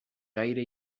gaire